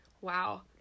Wow